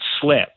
slip